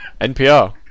NPR